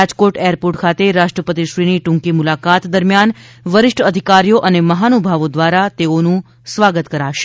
Rajkot airport ખાતે રાષ્ટ્રપતિશ્રીની ટૂંકી મુલાકાત દરમિયાન વરિષ્ઠ અધિકારીઓ અને મહાનુભાવો દ્વારા તેઓનું સ્વાગત કરાશે